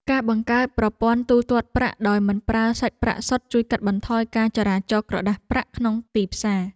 ការបង្កើតប្រព័ន្ធទូទាត់ប្រាក់ដោយមិនប្រើសាច់ប្រាក់សុទ្ធជួយកាត់បន្ថយការចរាចរណ៍ក្រដាសប្រាក់ក្នុងទីផ្សារ។